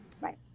Right